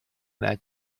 that